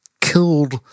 killed